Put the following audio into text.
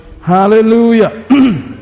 Hallelujah